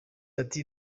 ati